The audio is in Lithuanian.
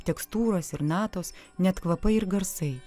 tekstūros ir natos net kvapai ir garsai